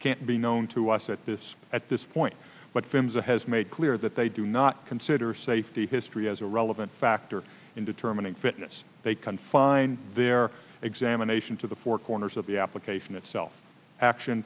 can't be known to us at this at this point but sims a has made clear that they do not consider safety history as a relevant factor in determining fitness they confine their examination to the four corners of the application